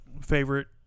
favorite